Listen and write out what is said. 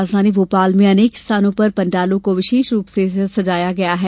राजधानी भोपाल में अनेक स्थानों पर पण्डालों को विशेष रूप से सजाया गया है